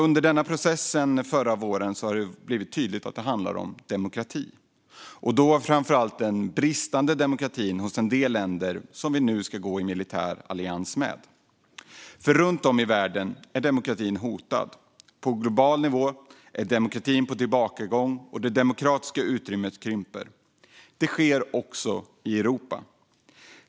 Under denna process har det sedan förra våren blivit tydligt att det handlar om demokrati, framför allt den bristande demokratin i en del länder som vi nu ska gå i militär allians med. För runt om i världen är demokratin hotad. På global nivå är demokratin på tillbakagång, och det demokratiska utrymmet krymper. Det sker också i Europa.